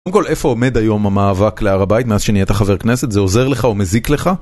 קודם כל, איפה עומד היום המאבק להר הבית מאז שנהיית חבר כנסת? זה עוזר לך או מזיק לך?